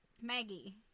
Maggie